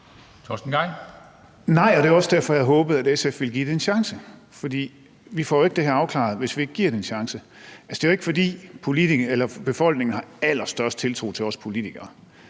Torsten Gejl (ALT): Nej, og det var også derfor, jeg håbede, at SF ville give det en chance. For vi får jo ikke det her afklaret, hvis vi ikke giver det en chance. Altså, det er jo ikke, fordi befolkningen har den allerstørste tiltro til os politikere.